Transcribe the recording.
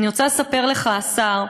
אני רוצה לספר לך, השר,